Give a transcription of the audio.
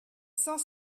cent